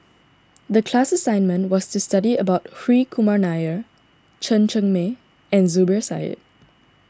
the class assignment was to study about Hri Kumar Nair Chen Cheng Mei and Zubir Said